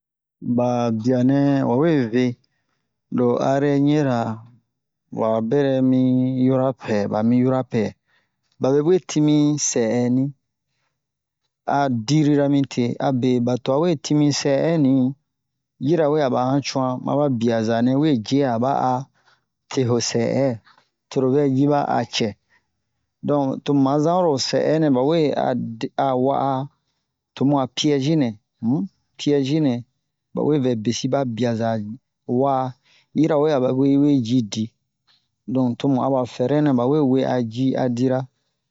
ba bianɛ ba we ve lo arɛɲera wa bɛrɛ mi yoro'a pɛ ba mi yoro'a pɛ babe we timin sɛ'ɛni a dirira mi te a be ba twa we timin sɛ'ɛni yirawe a ba hancu'an ma ba biaza nɛ we ji'a a ba a te ho sɛ'ɛ toro vɛ ji ba a cɛ don to mu ma zan oro sɛ'ɛ nɛ ba we a de a wa'a to mu a piɛzi nɛ um piɛzi nɛ ba we vɛ besi ba biaza wa yirawe a babe we ji di don to mu a ba fɛrɛ nɛ bawe we a ji a dira